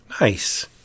Nice